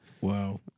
Wow